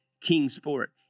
Kingsport